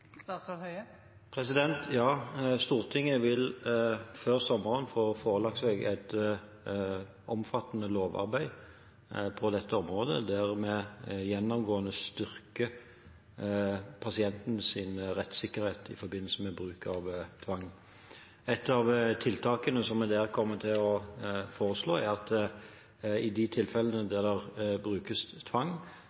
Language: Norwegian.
Ja, Stortinget vil før sommeren få seg forelagt et omfattende lovarbeid på dette området, der vi gjennomgående styrker pasientens rettssikkerhet i forbindelse med bruk av tvang. Ett av tiltakene som vi der kommer til å foreslå, er at i de tilfellene